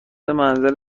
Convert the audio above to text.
منزل